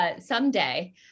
Someday